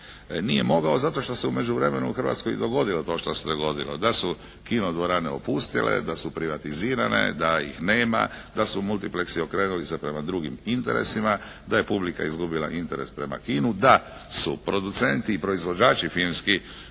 Nije mogao zato što se u međuvremenu u Hrvatskoj i dogodilo to što se je dogodilo, da su kinodvorane opustile, da su privatizirane, da ih nema, da su multipleksi okrenuli se prema drugim interesima, da je publika izgubila interes prema kinu, da su producenti i proizvođači filmski